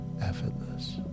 Effortless